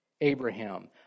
Abraham